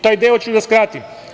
Taj deo ću da skratim.